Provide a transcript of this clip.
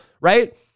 Right